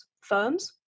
firms